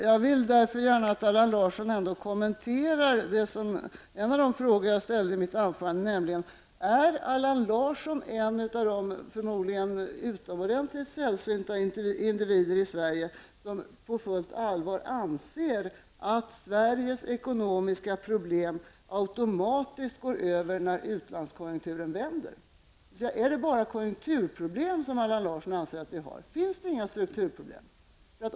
Jag vill därför gärna att Allan Larsson ändå kommenterar en av de frågor jag ställde i mitt anförande: Är Allan Larsson en av de, förmodligen utomordentligt sällsynta individer i Sverige som på fullt allvar anser att Sveriges ekonomiska problem automatiskt går över när utlandskonjunkturen vänder? Är det bara konjunkturproblem som Allan Larsson anser att vi har? Finns det inga strukturproblem?